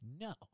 No